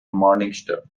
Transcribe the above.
morningstar